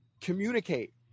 Communicate